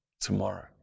tomorrow